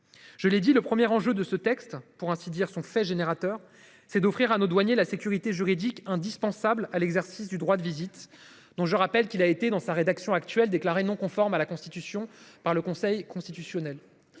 Je l'ai dit le premier enjeu de ce texte pour ainsi dire son fait générateur, c'est d'offrir à nos douaniers la sécurité juridique indispensable à l'exercice du droit de visite. Dont je rappelle qu'il a été dans sa rédaction actuelle déclaré non conforme à la constitution par le Conseil constitutionnel.